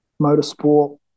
motorsport